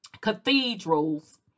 cathedrals